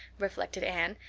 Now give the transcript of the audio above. reflected anne.